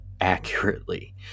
accurately